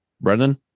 Brendan